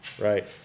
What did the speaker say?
right